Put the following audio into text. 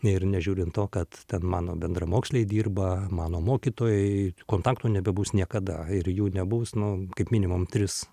ir nežiūrint to kad ten mano bendramoksliai dirba mano mokytojai kontaktų nebebus niekada ir jų nebus nu kaip minimum tris